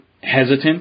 hesitant